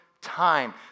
time